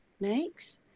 Next